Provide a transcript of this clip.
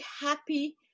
happy